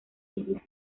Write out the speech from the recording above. islas